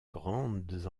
grandes